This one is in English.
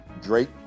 Drake